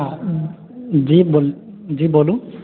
जी जी बोलू